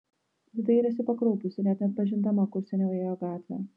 ji dairėsi pakraupusi net neatpažindama kur seniau ėjo gatvė